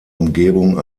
umgebung